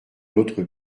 notre